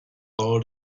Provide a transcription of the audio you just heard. all